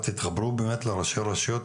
תתחברו באמת לראשי הרשויות,